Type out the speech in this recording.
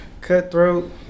Cutthroat